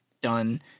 done